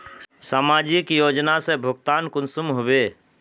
समाजिक योजना से भुगतान कुंसम होबे?